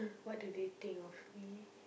what do they think of me